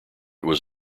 was